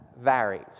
varies